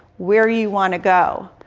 where you want to go.